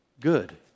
good